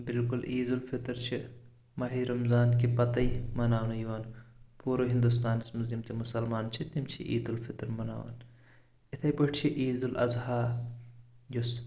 بالکُل عیدالفطر چھِ ماہ رمضان کہِ پتے مناونہٕ یِوان پوٗرٕ ہندوستانس منٛز یِم تہِ مسلمان چھِ تِم چھِ عید الفطر مناوان اتھے پٲٹھۍ چھِ عید الاضحی یُس